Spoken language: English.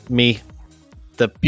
me—the